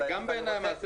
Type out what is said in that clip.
גם בעיניי המעשה